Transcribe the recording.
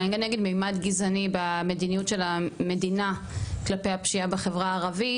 אני אגיד ממש גזעני במדיניות של המדינה כלפי הפשיעה בחברה הערבית.